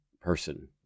person